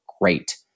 great